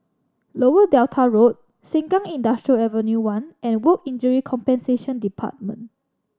Lower Delta Road Sengkang Industrial Ave One and Work Injury Compensation Department